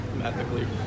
ethically